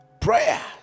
prayer